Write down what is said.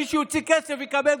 מי שיוציא כסף יקבל,